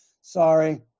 sorry